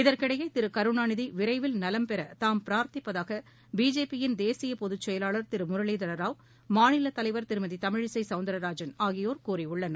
இதற்கிடையே திரு கருணாநிதி விரைவில் நலம் பெற தாம் பிரார்த்திப்பதாக பிஜேபியின் தேசிய பொது செயலாளர் திரு முரளிதரராவ் மாநில தலைவர் திருமதி தமிழிசை சவுந்தரராஜன் ஆகியோர் கூறியுள்ளனர்